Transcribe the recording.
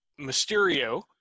Mysterio